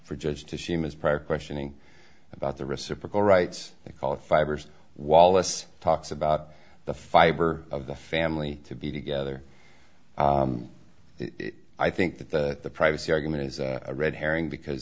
for judge to see ms prior questioning about the reciprocal rights they called fibers wallace talks about the fiber of the family to be together it i think that the privacy argument is a red herring because